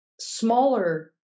smaller